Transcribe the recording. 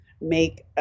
make